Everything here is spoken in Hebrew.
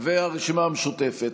והרשימה המשותפת.